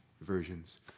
versions